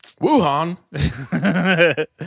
Wuhan